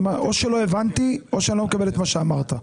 או שלא הבנתי או שאני לא מקבל את מה שאמרת.